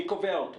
מי קובע אותו?